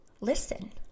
listen